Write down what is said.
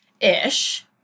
ish